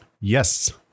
Yes